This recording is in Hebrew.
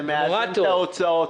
זה מאזן את ההוצאות,